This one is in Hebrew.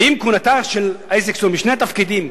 ואם כהונתה של איזקסון בשני התפקידים,